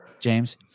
James